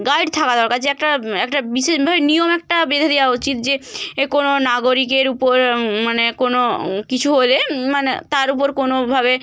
guard থাকা দরকার যে একটা একটা বিশেষভাবে নিয়ম একটা বেঁধে দেওয়া উচিত যে এ কোনো নাগরিকের উপর মানে কোনো কিছু হলে মানে তার উপর কোনোভাবে